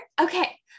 Okay